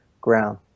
ground